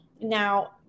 Now